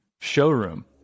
showroom